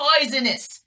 Poisonous